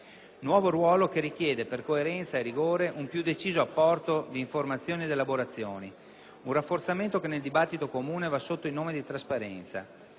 Nuovo ruolo che richiede, per coerenza e rigore, un più deciso apporto di informazioni ed elaborazioni, un rafforzamento che nel dibattito comune va sotto il nome di trasparenza.